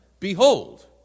behold